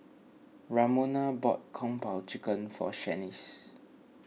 Ramona bought Kung Po Chicken for Shanice